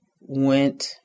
went